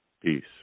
Peace